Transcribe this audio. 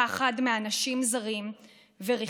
פחד מאנשים זרים וריחוק.